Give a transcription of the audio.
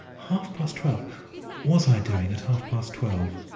half-past twelve what was i doing at half-past twelve?